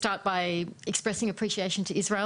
יש לי מספר נקודות קצרות מטעם נציבות האו"ם